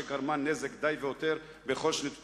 שגרמה נזק די והותר בכל שנות פעילותה.